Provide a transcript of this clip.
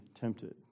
tempted